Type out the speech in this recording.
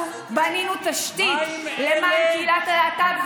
אנחנו בנינו תשתית למען קהילת הלהט"ב,